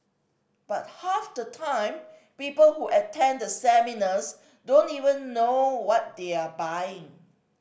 but half the time people who attend the seminars don't even know what they are buying